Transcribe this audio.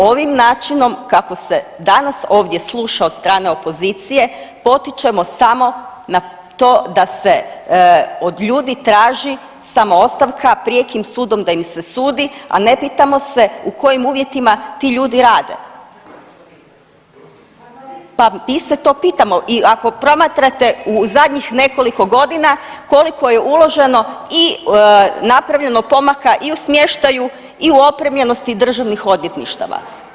Ovim načinom kako se danas ovdje sluša od strane opozicije potičemo samo na to da se od ljudi traži samoostavka, prijekim sudom da im se sudi, a ne pitamo se u kojim uvjetima ti ljudi rade. … [[Upadica: Ne razumije se.]] Pa mi se to pitamo i ako promatrate u zadnjih nekoliko godina koliko je uloženo i napravljeno pomaka i u smještaju i u opremljenosti državnih odvjetništava.